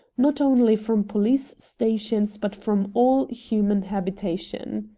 not only from police stations, but from all human habitation.